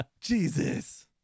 Jesus